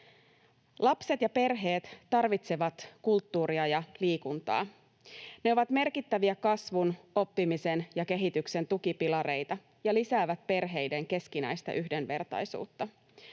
Lapset ja perheet tarvitsevat kulttuuria ja liikuntaa. Ne ovat merkittäviä kasvun, oppimisen ja kehityksen tukipilareita ja lisäävät perheiden keskinäistä yhdenvertaisuutta.